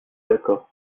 d’accord